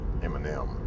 Eminem